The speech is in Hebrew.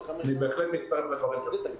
אני בהחלט מצטרף לדברים שלך.